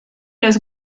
los